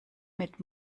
mit